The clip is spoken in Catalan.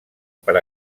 per